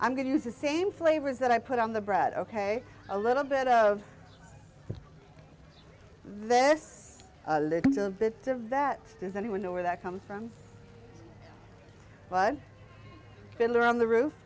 i'm going to use the same flavors that i put on the bread ok a little bit of this a little bit of that does anyone know where that comes from but fiddler on the roof